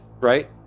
right